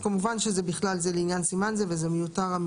כמובן שהמילים שהיו בסוף "ובכלל זה לעניין סימן זה" מיותרות.